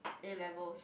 A-levels